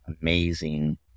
amazing